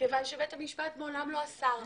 כיוון שבית המשפט מעולם לא אסר,